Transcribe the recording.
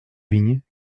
vignes